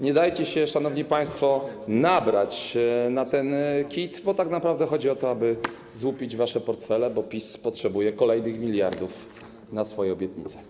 Nie dajcie się, szanowni państwo, nabrać na to, to kit, bo tak naprawdę chodzi o to, aby złupić wasze portfele, bo PiS potrzebuje kolejnych miliardów na swoje obietnice.